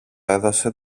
έδωσε